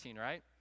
right